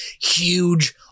huge